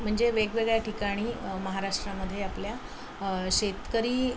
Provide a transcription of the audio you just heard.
म्हणजे वेगवेगळ्या ठिकाणी महाराष्ट्रामध्ये आपल्या शेतकरी